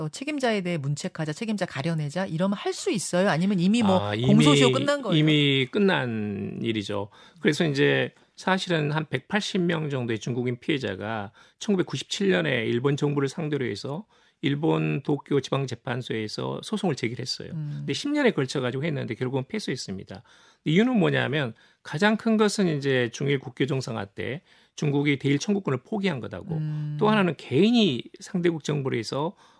또 책임자에 대해 문책하자, 책임자 가려내자, 이러면 할 수 있어요? 아니면 이미 뭐 아, 공소시효 이미- 끝난 거예요? 이미 끝난 일이죠. 그래서 음. 이제 사실은 한 180 명 정도의 중국인 피해자가 1997 년에 일본 정부를 상대로 해서 일본 도쿄 지방재판소에서 소송을 제기를 했어요. 근데 음. 10 년에 걸쳐가지고 했는데 결국은 패소했습니다. 이유는 뭐냐면 가장 큰 것은 이제 중일 국교 정상화 때 중국이 대일 청구권을 포기한 것하고 또 음. 하나는 개인이 상대국 정부를 해서